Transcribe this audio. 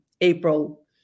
April